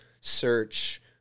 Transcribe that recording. search